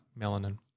melanin